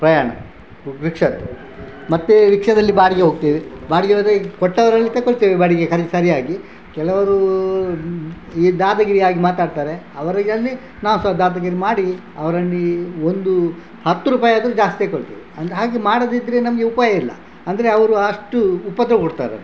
ಪ್ರಯಾಣ ರಿಕ್ಷಾದ್ದು ಮತ್ತೆ ರಿಕ್ಷಾದಲ್ಲಿ ಬಾಡಿಗೆ ಹೋಗ್ತೇವೆ ಬಾಡಿಗೆ ಹೋದರೆ ಕೊಟ್ಟವರಲ್ಲಿ ತಗೊಳ್ತೇವೆ ಬಾಡಿಗೆ ಸರಿಯಾಗಿ ಕೆಲವರು ಈ ದಾದಾಗಿರಿಯಾಗಿ ಮಾತಾಡ್ತಾರೆ ಅವರಿಗಲ್ಲಿ ನಾವು ಸಹ ದಾದಾಗಿರಿ ಮಾಡಿ ಅವರಲ್ಲಿ ಒಂದು ಹತ್ತು ರೂಪಾಯಿ ಆದರೂ ಜಾಸ್ತಿ ತಗೊಳ್ತೇವೆ ಅಂದರೆ ಹಾಗೆ ಮಾಡದಿದ್ದರೆ ನಮೆ ಉಪಾಯ ಇಲ್ಲ ಅಂದರೆ ಅವರು ಅಷ್ಟು ಉಪದ್ರವ ಕೊಡ್ತಾರೆ ನಾವು